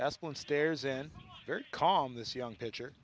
that's one stares in very calm this young pitcher